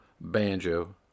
banjo